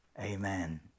Amen